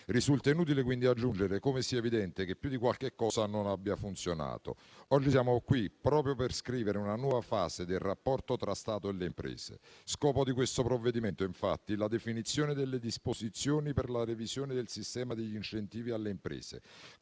Risulta quindi inutile aggiungere come sia evidente che più di qualche cosa non abbia funzionato. Oggi siamo qui proprio per scrivere una nuova fase del rapporto tra Stato e imprese. Scopo di questo provvedimento è, infatti, la definizione delle disposizioni per la revisione del sistema degli incentivi alle imprese,